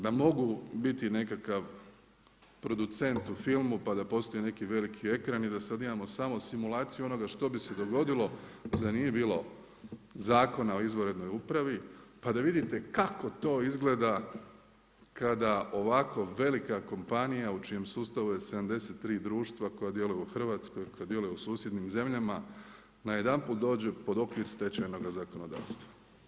Da mogu biti nekakav producent u filmu pa da postoji neki veliki ekran i da sad imamo samo simulaciju onoga što bi se dogodilo da nije bilo Zakona o izvanrednoj upravi pa da vidite kako to izgleda kada ovako velika kompanija u čijem sustavu je 73 društva koja djeluju u Hrvatskoj, koja djeluju u susjednim zemljama najedanput dođe pod okvir stečajnoga zakonodavstva.